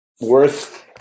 worth